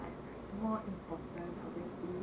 like more important obviously